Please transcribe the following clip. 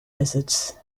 lizards